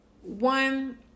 one